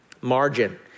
Margin